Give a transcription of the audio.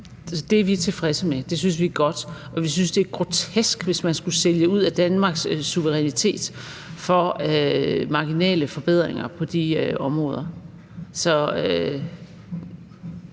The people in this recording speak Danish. Det er vi tilfredse med; det synes vi er godt. Og vi synes, det er grotesk, hvis man skal sælge ud af Danmarks suverænitet for at få marginale forbedringer på de områder.